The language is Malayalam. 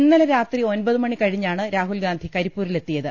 ഇന്നലെ രാത്രി ഒൻപതുമണി കഴിഞ്ഞാണ് രാഹുൽഗാന്ധി കരിപ്പൂരി ലെത്തിയത്